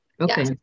Okay